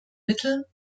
mittel